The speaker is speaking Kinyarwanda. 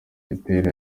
gitera